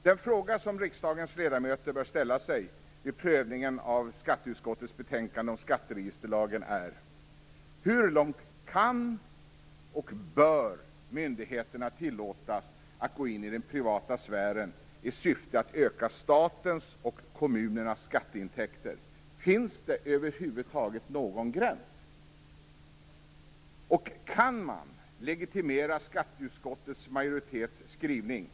Den fråga som riksdagens ledamöter bör ställa sig vid prövningen av skatteutskottets betänkande om skatteregisterlagen är: Hur långt kan och bör myndigheterna tillåtas att gå in i den privata sfären i syfte att öka statens och kommunernas skatteintäkter? Finns det över huvud taget någon gräns? Och kan man legitimera skatteutskottets majoritets skrivning?